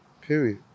Period